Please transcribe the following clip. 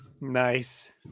Nice